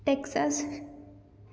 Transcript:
Texas